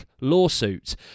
lawsuit